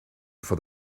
for